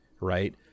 right